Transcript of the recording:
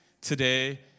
today